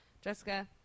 Jessica